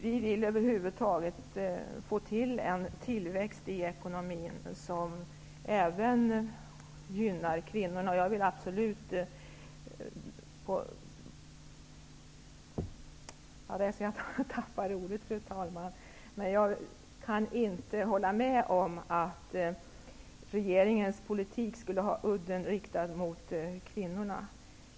Vi vill åstadkomma en tillväxt i ekonomin som gynnar även kvinnorna. Jag kan inte hålla med om att regeringens politik skulle ha udden riktad mot kvinnorna.